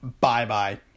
bye-bye